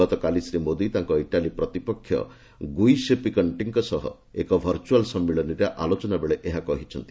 ଗତକାଲି ଶ୍ରୀମୋଦୀ ତାଙ୍କ ଇଟାଲୀ ପ୍ରତିପକ୍ଷ ଗୁଇସେପି କଣ୍ଟେଙ୍କ ସହ ଏକ ଭର୍ଚ୍ଚଆଲ ସମ୍ମିଳନୀରେ ଆଲୋଚନାବେଳେ ଏହା କହିଛନ୍ତି